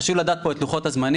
חשוב לדעת פה את לוחות הזמנים.